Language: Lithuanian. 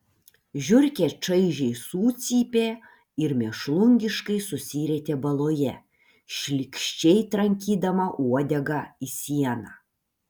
žiurkė čaižiai sucypė ir mėšlungiškai susirietė baloje šlykščiai trankydama uodegą į sieną